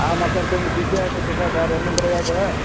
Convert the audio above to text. ஆமாம் சார் கொஞ்சம் பிசியாக இருந்துவிட்டோம் சார் வேறு ஒன்றும் கிடையாது